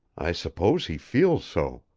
i suppose he feels so.